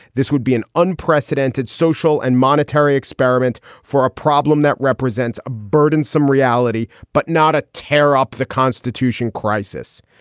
this would be an unprecedented social and monetary experiment for a problem that represents a burdensome reality, but not a tear up the constitution crisis.